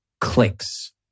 clicks